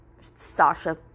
Sasha